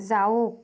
যাওক